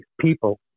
people